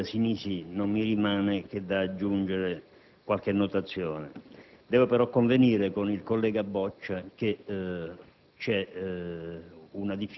fatta dal senatore Sinisi non mi rimane che aggiungere qualche notazione. Devo però convenire con il collega Boccia sul